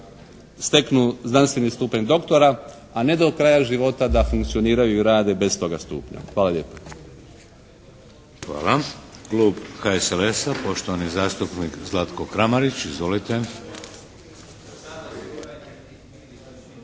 steknu znanstveni stupanj doktora a ne do kraja život da funkcioniraju i rade bez toga stupnja. Hvala lijepo. **Šeks, Vladimir (HDZ)** Hvala. Klub HSLS-a, poštovani zastupnik Zlatko Kramarić. Izvolite.